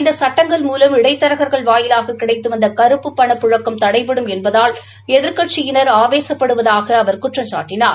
இந்த சட்டங்கள் மூலம் இடைத்தரகங்கள் வாயிலாக கிடைத்து வந்த கறப்புப் பணப்பழக்கம் தடைபடும் என்பதால் எதிர்க்கட்சியினர் ஆவேசப்படுவதாக அவர் குற்றம்சாட்டினார்